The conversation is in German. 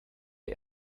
der